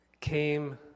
came